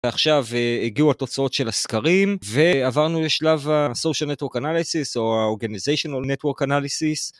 עכשיו הגיעו התוצאות של הסקרים ועברנו לשלב ה-Social Network Analysis או ה-Organizational Network Analysis.